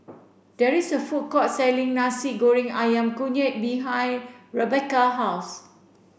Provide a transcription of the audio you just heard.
there is a food court selling Nasi Goreng Ayam Kunyit behind Rebekah house